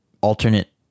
alternate